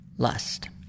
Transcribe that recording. Lust